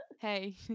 Hey